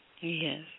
Yes